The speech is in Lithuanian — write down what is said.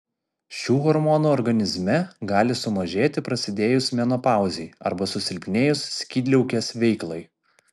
šių hormonų organizme gali sumažėti prasidėjus menopauzei arba susilpnėjus skydliaukės veiklai